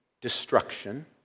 destruction